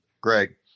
Greg